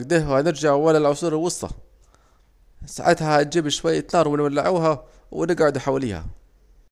اكده هنرجعوا ولا العصور الوسطى، ساعتها هنولعوا نار ونجعدوا حواليها